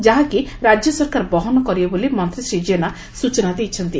ଯାହାକି ରାଜ୍ୟ ସରକାର ବହନ କରିବେ ବୋଲି ମନ୍ତୀ ଶ୍ରୀ ଜେନା ସ୍ଚନା ଦେଇଛନ୍ତି